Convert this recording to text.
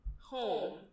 home